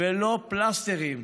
ולא פלסטרים,